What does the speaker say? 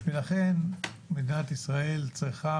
ולכן מדינת ישראל צריכה,